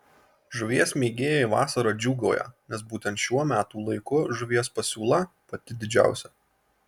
žuvies mėgėjai vasarą džiūgauja nes būtent šiuo metų laiku žuvies pasiūla pati didžiausia